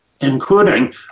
including